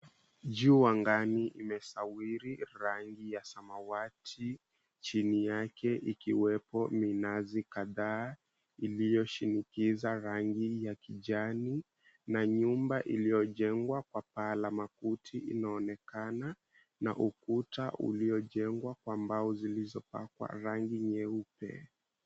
Juu angani imesawiri rangi ya samawati chini yake ikiwemo minazi kadhaa iliyoshinikiza rangi ya kijani na jumba lililojengwa kwa paa la makuti inaonekana na ukuta uliokwa mbao zilizopakwa rangi nyeupe.